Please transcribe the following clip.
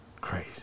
Crazy